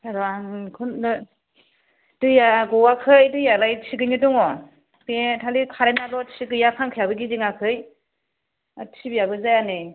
र' आं लिंहरनो दैया गवाखै दैयालाय थिगैनो दङ बे खालि कारेन्टनाल' थिग गैया फांखायाबो गिदिङाखै आर टिभिआबो जाया नै